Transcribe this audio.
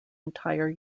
entire